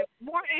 more